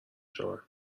شوند